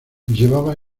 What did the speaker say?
llevaba